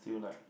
till like